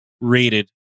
rated